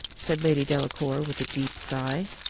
said lady delacour, with a deep sigh.